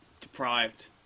deprived